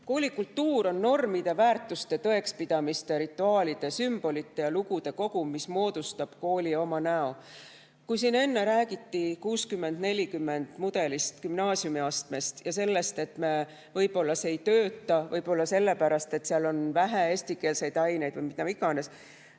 Koolikultuur on normide, väärtuste, tõekspidamiste, rituaalide, sümbolite ja lugude kogum, mis annab koolile oma näo. Enne räägiti siin 60 : 40 mudelist, gümnaasiumiastmest ja sellest, et võib-olla see ei tööta – võib-olla sellepärast, et seal on vähe eestikeelseid aineid või mida iganes.